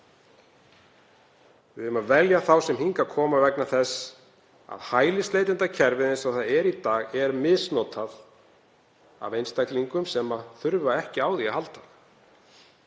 Við eigum að velja þá sem hingað koma vegna þess að hælisleitendakerfið eins og það er í dag er misnotað af einstaklingum sem þurfa ekki á því að halda.